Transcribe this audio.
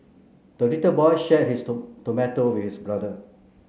the little boy shared his tomato with brother